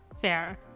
Fair